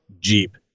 Jeep